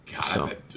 God